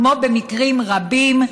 כמו במקרים רבים,